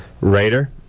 Raider